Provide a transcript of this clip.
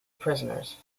prisoners